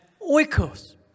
Oikos